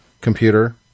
computer